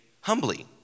humbly